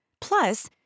Plus